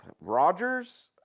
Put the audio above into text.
Rogers